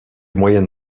moyen